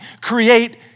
create